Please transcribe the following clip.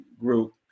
group